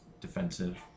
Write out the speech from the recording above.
defensive